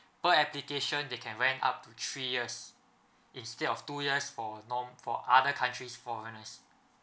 per application they can rent up to three years instead of two years for norm~ for other countries foreigner